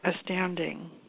astounding